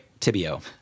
Tibio